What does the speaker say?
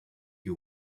you